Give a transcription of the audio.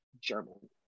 German